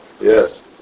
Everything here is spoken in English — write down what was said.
Yes